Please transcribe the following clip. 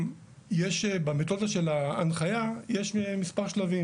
במתודה של ההנחיה יש מספר שלבים,